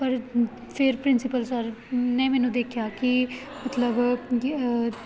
ਪਰ ਫਿਰ principal sir ਨੇ ਮੈਨੂੰ ਦੇਖਿਆ ਕਿ ਮਤਲਬ ਕਿ